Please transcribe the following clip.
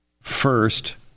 first